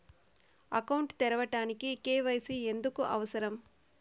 Account తెరవడానికి, KYC ఎందుకు అవసరం?